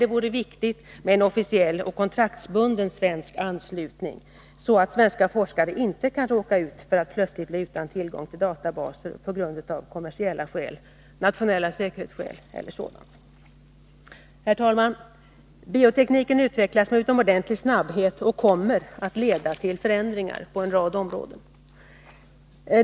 Det är då viktigt med en officiell och kontraktsbunden svensk anslutning, så att svenska forskare inte kan råka ut för att plötsligt bli utan tillgång till databaserna av kommersiella skäl, nationella säkerhetsskäl e. d. Herr talman! Biotekniken utvecklas med utomordentlig snabbhet och kommer att leda till förändringar på en rad områden.